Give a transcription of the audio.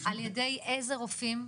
על ידי אילו רופאים?